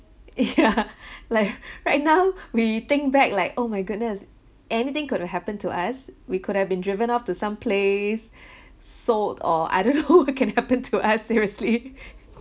like right now we think back like oh my goodness anything could have happen to us we could have been driven up to some place sold or I don't know what can happen to us seriously